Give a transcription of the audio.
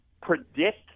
predict